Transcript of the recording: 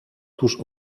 tuż